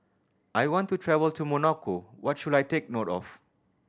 I want to travel to Monaco what should I take note of